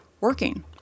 working